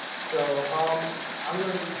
so um i'm going to